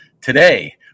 Today